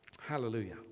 Hallelujah